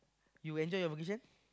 you enter your vocation